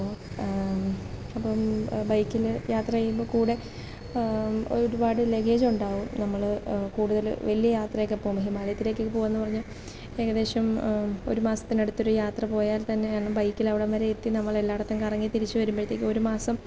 അപ്പം ബൈക്കിൽ യാത്ര ചെയ്യുമ്പോൾ കൂടി ഒരുപാട് ലഗ്ഗേജുണ്ടാകും നമ്മൾ കൂടുതൽ വലിയ യാത്രയൊക്കെ പോകുമ്പോൾ ഹിമാലയത്തിലേക്ക് പോകാമെന്ന് പറഞ്ഞാൽ ഏകദേശം ഒരു മാസത്തിനടുത്തൊരു യാത്ര പോയാൽ തന്നെ ബൈക്കിൽ അവിടം വരെ എത്തി നമ്മൾ എല്ലായിടത്തും കറങ്ങി തിരിച്ചു വരുമ്പോഴത്തേക്കും ഒരു മാസം